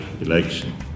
election